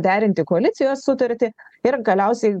derinti koalicijos sutartį ir galiausiai